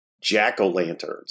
jack-o'-lanterns